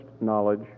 knowledge